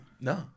No